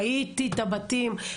ראיתי את הבתים,